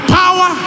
power